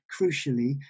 crucially